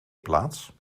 plaats